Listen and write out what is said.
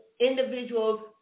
individuals